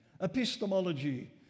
Epistemology